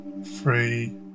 Three